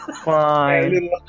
Fine